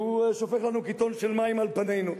והוא שופך לנו קיתון של מים על פנינו.